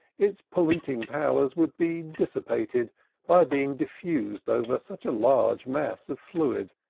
its polluting powers would be dissipated by being diffused over such a large mass of fluid.